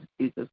Jesus